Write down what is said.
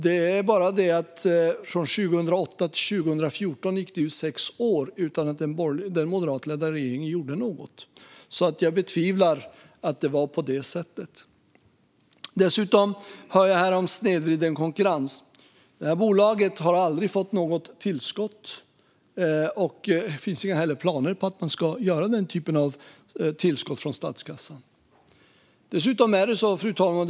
Det är bara det att från 2008 till 2014 gick det sex år utan att den moderatledda regeringen gjorde något, så jag betvivlar att det var på det sättet. Jag hör också här om snedvriden konkurrens. Det här bolaget har aldrig fått något tillskott. Det finns heller inga planer på att ge den typen av tillskott från statskassan. Dessutom har vi strikta regler när det gäller konkurrens.